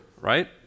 right